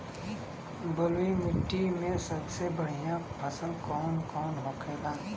बलुई मिट्टी में सबसे बढ़ियां फसल कौन कौन होखेला?